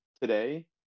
Today